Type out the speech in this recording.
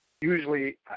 usually